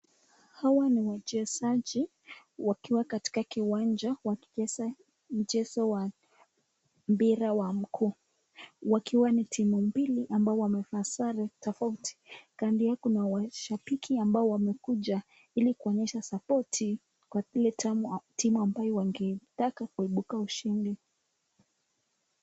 Hawa ni wachezaji wakiwa katika kiwanja wakicheza mchezo wa mpira wa mguu. Wakiwa ni timu mbili wakiwa wamevaa sare tofauti. Kando yao Kuna mashababiki ambao wamekuja Ili kuonesha sapoti kwa Ili timu ambayo wangetaka kuibuka ushindi.